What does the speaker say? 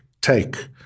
take